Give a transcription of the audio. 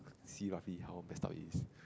see roughly how mess up it is